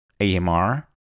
AMR